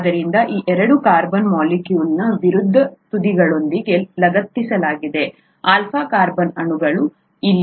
ಆದ್ದರಿಂದ ಈ ಎರಡು ಕಾರ್ಬನ್ ಮಾಲಿಕ್ಯೂಲ್ನ ವಿರುದ್ಧ ತುದಿಗಳೊಂದಿಗೆ ಲಗತ್ತಿಸಲಾಗಿದೆ ಆಲ್ಫಾ ಕಾರ್ಬನ್ ಅಣು ಇಲ್ಲಿ